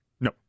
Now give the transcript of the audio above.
No